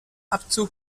abzug